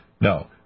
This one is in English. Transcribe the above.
No